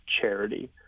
charity